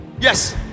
yes